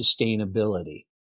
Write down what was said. sustainability